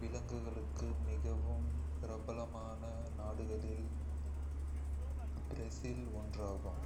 விலங்குகளுக்கு மிகவும் பிரபலமான நாடுகளில் பிரேசில் ஒன்றாகும்.